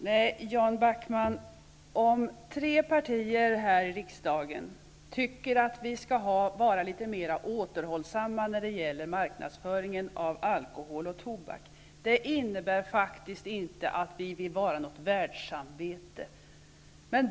Herr talman! Om tre partier här i riksdagen tycker att vi skall vara litet mer återhållsamma när det gäller marknadsföring av alkohol och tobak, innebär det inte att vi vill vara ett världssamvete.